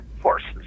horses